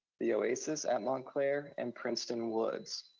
the oasis at montclair, and princeton woods.